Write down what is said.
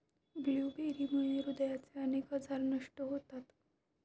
ब्लूबेरीमुळे हृदयाचे अनेक आजार नष्ट होतात